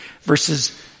verses